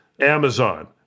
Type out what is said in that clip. Amazon